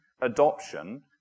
Adoption